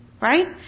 Right